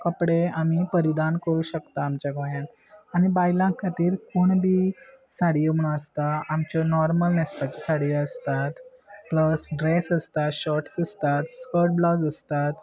कपडे आमी परिदान करूं शकता आमच्या गोंयान आनी बायलां खातीर कुणबी साडयो म्हणून आसता आमच्यो नॉर्मल नॅस्पाच्यो साडयो आसतात प्लस ड्रेस आसतात शर्ट्स आसतात स्कर्ट ब्लाउज आसतात